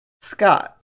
Scott